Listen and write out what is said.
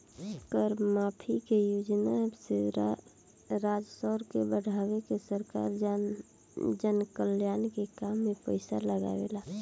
कर माफी के योजना से राजस्व के बढ़ा के सरकार जनकल्याण के काम में पईसा लागावेला